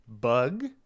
bug